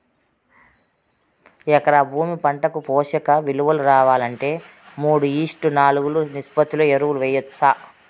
ఎకరా భూమి పంటకు పోషక విలువలు రావాలంటే మూడు ఈష్ట్ నాలుగు నిష్పత్తిలో ఎరువులు వేయచ్చా?